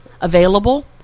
available